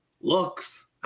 looks